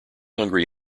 hungry